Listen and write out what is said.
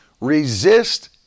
resist